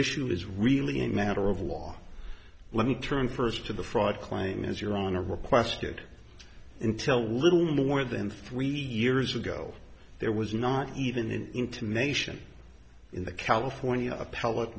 issue is really a matter of law let me turn first to the fraud claim is your honor requested until little more than three years ago there was not even an intimation in the california appell